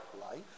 life